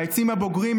העצים הבוגרים,